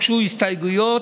ההסתייגות (909)